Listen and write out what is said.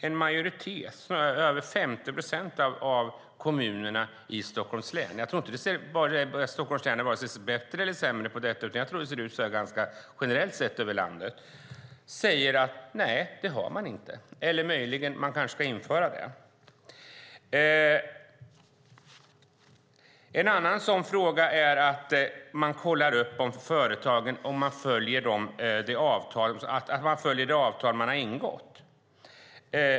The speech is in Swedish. En majoritet, över 50 procent, av kommunerna i Stockholms län - jag tror inte att Stockholms län är vare sig bättre eller sämre på detta, utan jag tror att det ser ut så här ganska generellt i landet - säger att de inte har det här eller möjligen att de kanske ska införa det. En annan fråga handlar om att man kollar upp om företagen följer de avtal de har ingått.